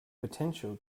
potential